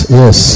yes